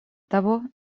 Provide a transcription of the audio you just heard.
того